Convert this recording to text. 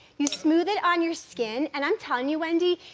you smooth it on your skin and i'm telling you, wendy,